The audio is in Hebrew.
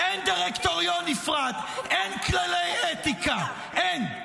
אין דירקטוריון נפרד, אין כללי אתיקה, אין.